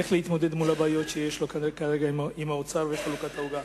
איך להתמודד עם הבעיות שיש לו כרגע עם האוצר במה שקשור לחלוקת העוגה.